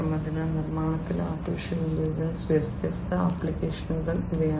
അതിനാൽ നിർമ്മാണത്തിലെ AI യുടെ വ്യത്യസ്ത ആപ്ലിക്കേഷനുകൾ ഇവയാണ്